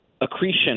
accretion